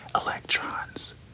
electrons